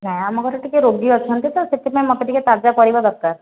ନାହିଁ ଆମ ଘରେ ଟିକେ ରୋଗୀ ଅଛନ୍ତି ତ ସେଥିପାଇଁ ମୋତେ ଟିକେ ତାଜା ପରିବା ଦରକାର